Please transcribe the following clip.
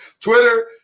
Twitter